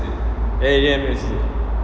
eh and H_D